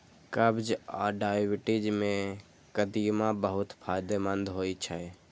कब्ज आ डायबिटीज मे कदीमा बहुत फायदेमंद होइ छै